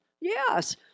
yes